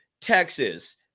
Texas